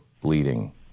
bleeding